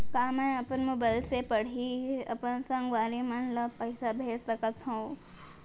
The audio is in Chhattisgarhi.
का मैं अपन मोबाइल से पड़ही अपन संगवारी मन ल पइसा भेज सकत हो?